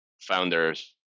founders